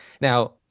Now